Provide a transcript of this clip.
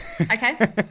Okay